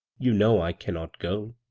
you know i cannot go